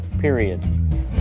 period